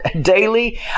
daily